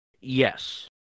Yes